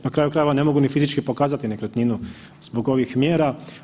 Na kraju krajeva ne mogu ni fizički pokazati nekretninu zbog ovih mjera.